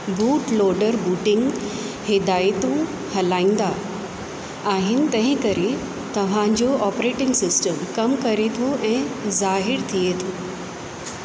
boot loader booting हिदायतूं हलाईंदा आहिनि तंहिंकरे तव्हांजो ऑपरेटिंग सिस्टम कमु करे थो ऐं ज़ाहिरु थिए थो